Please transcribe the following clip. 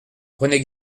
prenez